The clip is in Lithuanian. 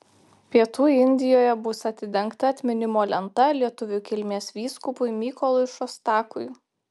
pietų indijoje bus atidengta atminimo lenta lietuvių kilmės vyskupui mykolui šostakui